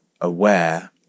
aware